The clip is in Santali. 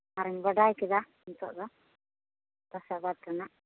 ᱟᱨᱤᱧ ᱵᱟᱰᱟᱭ ᱠᱮᱫᱟ ᱱᱤᱛᱳᱜ ᱫᱚ ᱪᱟᱥ ᱟᱵᱟᱫ ᱨᱮᱱᱟᱜ